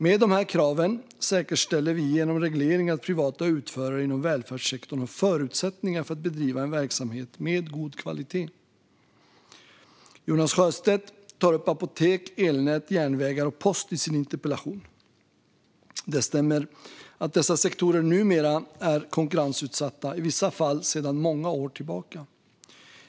Med de här kraven säkerställer vi genom reglering att privata utförare inom välfärdssektorn har förutsättningar för att bedriva en verksamhet med god kvalitet. Jonas Sjöstedt tar upp apotek, elnät, järnvägar och post i sin interpellation. Det stämmer att dessa sektorer numera är konkurrensutsatta, i vissa fall sedan många år tillbaka.